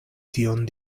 tion